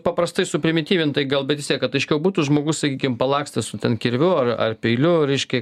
paprastai suprimityvintai gal bet vis tiek kad aiškiau būtų žmogus sakykim palakstė su ten kirviu ar ar peiliu reiškia